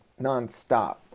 nonstop